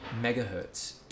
megahertz